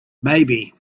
maybe